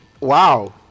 wow